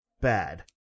bad